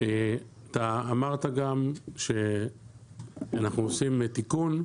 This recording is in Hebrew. אתה אמרת גם שאנחנו עושים תיקון,